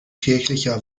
kirchlicher